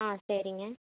ஆ சரிங்க